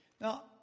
Now